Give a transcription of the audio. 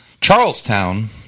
Charlestown